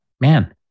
Man-